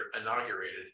inaugurated